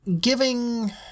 giving